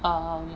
err